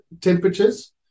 temperatures